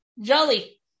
Jolly